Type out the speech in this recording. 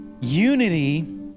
unity